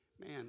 Man